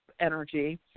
energy